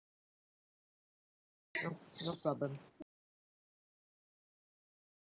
no no problem